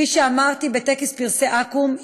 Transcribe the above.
כפי שאמרתי בטקס פרסי אקו"ם,